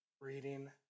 reading